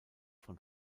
von